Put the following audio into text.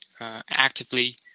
actively